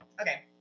Okay